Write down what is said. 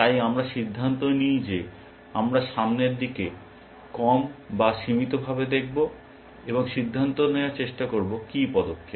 তাই আমরা সিদ্ধান্ত নিই যে আমরা সামনের দিকে কম বা সীমিতভাবে দেখব এবং সিদ্ধান্ত নেওয়ার চেষ্টা করব কি পদক্ষেপ